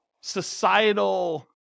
societal